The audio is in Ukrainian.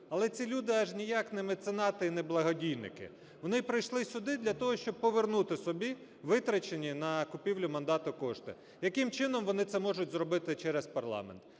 але ці люди – аж ніяк не меценати і не благодійники. Вони прийшли сюди для того, щоб повернути собі витрачені на купівлю мандату кошти. Яким чином вони це можуть зробити через парламент?